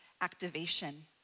activation